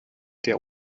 der